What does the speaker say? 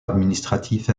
administratif